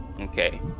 Okay